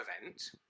event